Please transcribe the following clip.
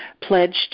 pledged